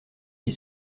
qui